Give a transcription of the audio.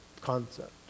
concept